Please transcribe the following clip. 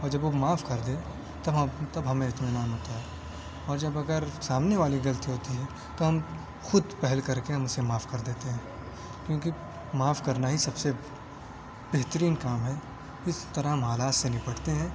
اور جب وہ معاف کر دے تب ہمیں اطمینان ہوتا ہے اور جب اگر سامنے والے کی غلطی ہوتی ہے تو ہم خود پہل کر کے ہم اسے معاف کر دیتے ہیں کیونکہ معاف کرنا ہی سب سے بہترین کام ہے اس طرح ہم حالات سے نپٹتے ہیں